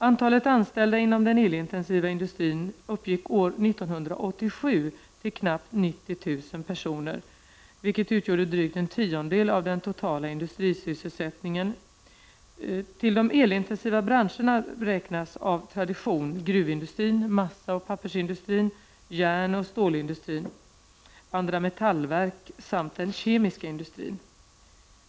Antalet anställda inom den elintensiva industrin uppgick år 1987 till knappt 90 000 personer, vilket utgjorde drygt en tiondel av den totala industrisysselsättningen. Till de elintensiva branscherna räknas av tradition gruvindustrin, massaoch pappersindustrin, järnoch stålindustrin, andra metallverk samt den kemiska industrin.